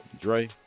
dre